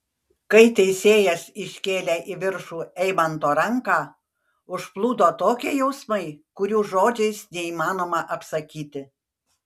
kai teisėjas iškėlė į viršų eimanto ranką užplūdo tokie jausmai kurių žodžiais neįmanoma apsakyti